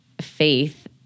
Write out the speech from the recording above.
faith